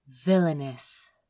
Villainous